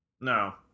No